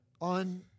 on